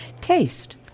Taste